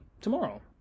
tomorrow